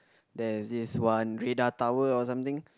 there is this one radar tower or something